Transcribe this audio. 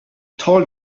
told